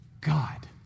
God